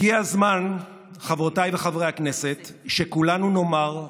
הגיע הזמן, חברות וחברי הכנסת, שכולנו נאמר: